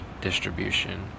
distribution